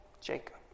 Jacob